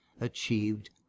achieved